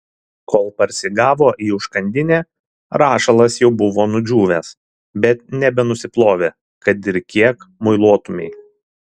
kol parsigavo į užkandinę rašalas jau buvo nudžiūvęs bet nebenusiplovė kad ir kiek muiluotumei